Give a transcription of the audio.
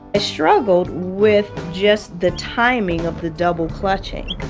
struggled with just the timing of the double clutching.